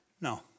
No